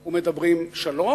מתייצבים ומדברים שלום,